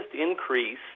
increase